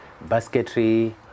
basketry